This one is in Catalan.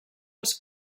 els